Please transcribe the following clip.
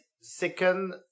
second